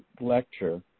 lecture